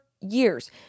years